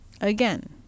Again